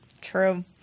True